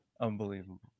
unbelievable